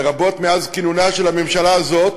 לרבות מאז כינונה של הממשלה הזאת,